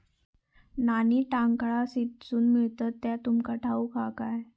नाणी टांकसाळीतसून मिळतत ह्या तुमका ठाऊक हा काय